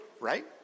right